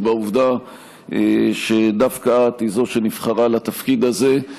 בעובדה שדווקא את היא שנבחרה לתפקיד הזה.